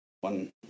one